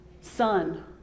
son